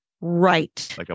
right